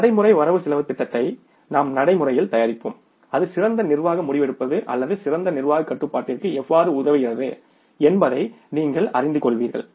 நடைமுறை வரவுசெலவுத் திட்டத்தை நாம் நடைமுறையில் தயாரிப்போம் அது சிறந்த நிர்வாக முடிவெடுப்பது அல்லது சிறந்த நிர்வாகக் கட்டுப்பாட்டிற்கு எவ்வாறு உதவுகிறது என்பதை நீங்கள் அறிந்து கொள்வீர்கள்